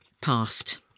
past